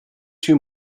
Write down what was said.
too